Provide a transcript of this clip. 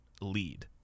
lead